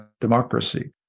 democracy